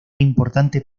importante